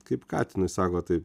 kaip katinui sako taip